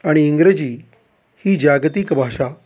आणि इंग्रजी ही जागतिक भाषा